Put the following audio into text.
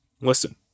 listen